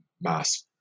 mass